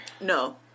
No